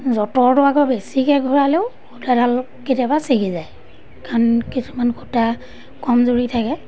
যঁতৰটো আকৌ বেছিকৈ ঘূৰালেও সূতাডাল কেতিয়াবা চিগি যায় কাৰণ কিছুমান সূতা কমযোৰি থাকে